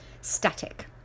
static